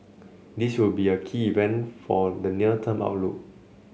this will be a key event for the near term outlook